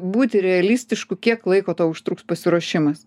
būti realistišku kiek laiko užtruks pasiruošimas